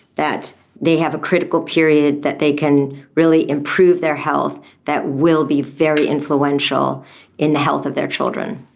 that they have a critical period that they can really improve their health that will be very influential in the health of their children.